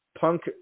Punk